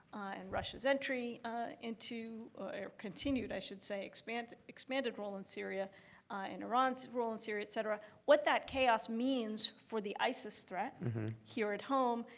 and russia's entry into or continued i should say expanded expanded role in syria and iran's role in syria, et cetera what that chaos means for the isis threat here at home,